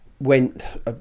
went